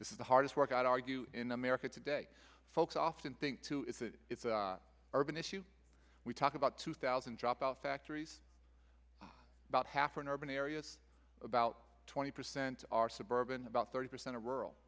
this is the hardest work out argue in america today folks often think too it's a it's urban issue we talk about two thousand dropout factories about half an urban area about twenty percent are suburban about thirty percent of rural